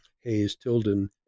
Hayes-Tilden